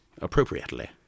Appropriately